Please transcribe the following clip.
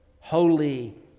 holy